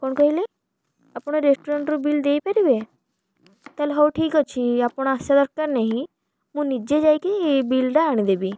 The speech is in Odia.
କ'ଣ କହିଲେ ଆପଣ ରେଷ୍ଟୁରାଣ୍ଟରୁ ବିଲ୍ ଦେଇପାରିବେ ତା'ହେଲେ ହଉ ଠିକ୍ ଅଛି ଆପଣ ଆସିବା ଦରକାର ନାହିଁ ମୁଁ ନିଜେ ଯାଇକି ବିଲ୍ଟା ଆଣିଦେବି